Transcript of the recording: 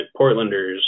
Portlanders